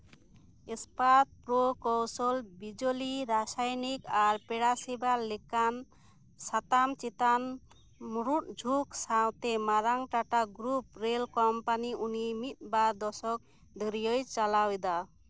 ᱤᱥᱯᱟᱛ ᱯᱨᱳ ᱠᱳᱥᱳᱞ ᱵᱤᱡᱚᱞᱤ ᱨᱟᱥᱟᱭᱱᱤᱠ ᱟᱨ ᱯᱮᱲᱟᱥᱮᱵᱟ ᱞᱮᱠᱟᱱ ᱥᱟᱛᱟᱢ ᱪᱮᱛᱟᱱ ᱢᱩᱲᱩᱫ ᱡᱷᱩᱸᱠ ᱥᱟᱶᱛᱮ ᱢᱟᱨᱟᱝ ᱴᱟᱴᱟ ᱜᱨᱩᱯ ᱨᱮᱱ ᱠᱳᱢᱯᱟᱱᱤ ᱩᱱᱤ ᱢᱤᱫ ᱵᱟᱨ ᱫᱚᱥᱚᱠ ᱫᱷᱩᱨᱭᱟᱹᱭ ᱪᱟᱪᱞᱟᱣ ᱮᱫᱟ